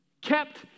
kept